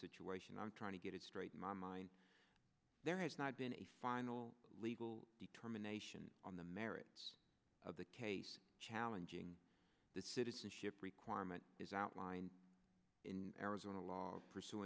situation i'm trying to get it straight in my mind there has not been a final legal determination on the merits of the case challenging the citizenship requirement is outlined in arizona law pursu